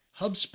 HubSpot